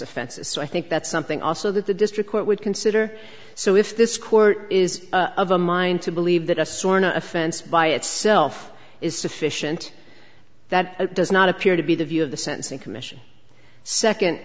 offenses so i think that's something also that the district court would consider so if this court is of a mind to believe that a sorn offense by itself is sufficient that does not appear to be the view of the sentencing commission second